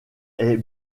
est